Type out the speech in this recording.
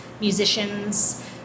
musicians